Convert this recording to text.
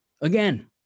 again